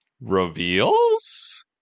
reveals